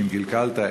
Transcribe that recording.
שאם קלקלת,